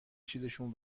چیزشون